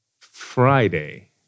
Friday